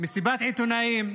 מסיבת עיתונאים,